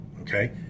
okay